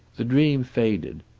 the dream faded.